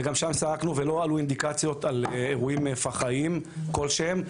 גם שם סרקנו ולא עלו אינדיקציות על אירועים פח"עים כלשהם.